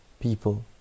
people